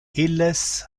illes